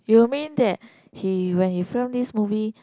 you mean that he when he film this movie